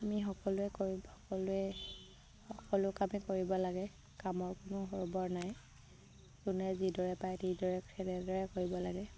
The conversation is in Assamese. আমি সকলোৱে কৰিব সকলোৱে সকলো কামে কৰিব লাগে কামৰ কোনো সৰ্বৰ নাই যোনে যিদৰে পায় তিদৰে সেনেদৰে কৰিব লাগে